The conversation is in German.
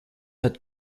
hat